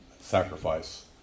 Sacrifice